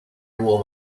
warm